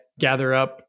GatherUp